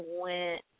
went